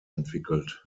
entwickelt